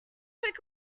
poke